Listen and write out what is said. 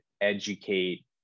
educate